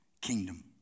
kingdom